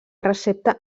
recepta